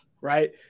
Right